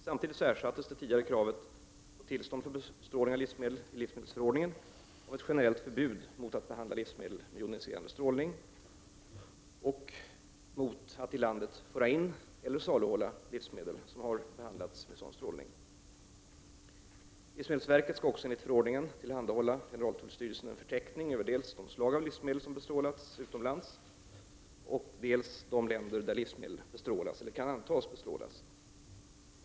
Samtidigt ersattes det tidigare kravet på tillstånd för bestrålning av livsmedel i livsmedelsförordningen av ett generellt förbud mot att behandla livsmedel med joniserande strålning och mot att i landet föra in eller saluhålla livsmedel som har behandlats med sådan strålning. Livsmedelsverket skall också enligt förordningen tillhandahålla generaltullstyrelsen en förteckning över dels de slag av livsmedel som bestrålas utomlands, dels de länder där livsmedel bestrålas eller kan antas bestrålas.